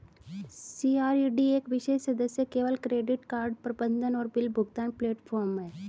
CRED एक विशेष सदस्य केवल क्रेडिट कार्ड प्रबंधन और बिल भुगतान प्लेटफ़ॉर्म है